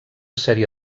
sèrie